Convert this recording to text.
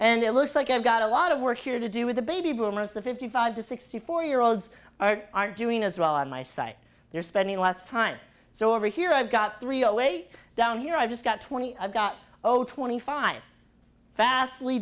and it looks like i've got a lot of work here to do with the baby boomers the fifty five to sixty four year olds are doing as well on my site they're spending less time so over here i've got three away down here i've just got twenty i've got over twenty five vastly